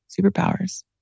superpowers